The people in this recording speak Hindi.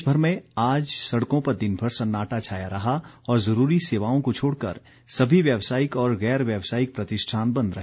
प्रदेशभर में आज सड़कों पर दिनभर सन्नाटा छाया रहा और ज़रूरी सेवाओं को छोड़ कर सभी व्यावसायिक और गैर व्यावसायिक प्रतिष्ठान बंद रहे